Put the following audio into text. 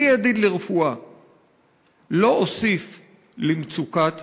בלי ידיד לרפואה.../ לא אוסיף למצוקת